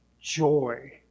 joy